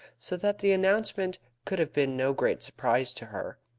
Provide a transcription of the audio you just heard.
so that the announcement could have been no great surprise to her.